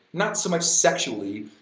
not so much sexually,